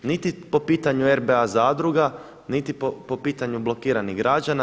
Niti po pitanju RBA zadruga, niti po pitanju blokiranih građana.